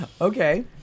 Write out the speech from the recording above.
Okay